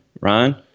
Ryan